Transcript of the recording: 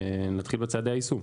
נתחיל בצעדי היישום.